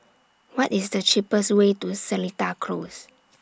What IS The cheapest Way to Seletar Close